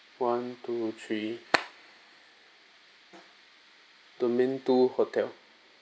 one two three domain two hotel